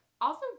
Awesome